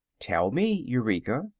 tell me, eureka,